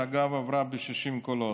שאגב, עבר ב-60 קולות.